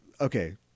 okay